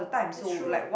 it's true